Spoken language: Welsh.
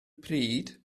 pryd